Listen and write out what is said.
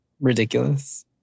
ridiculous